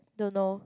don't know